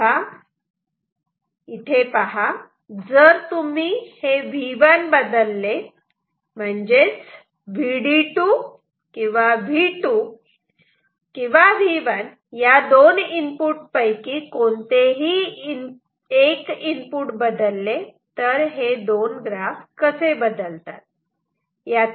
तेव्हा जर तुम्ही V1 बदलले म्हणजेच Vd2 किंवा V2 या दोन इनपुट पैकी कोणतेही एक इनपुट बदलले तर हे दोन ग्राफ कसे बदलतात